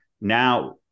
now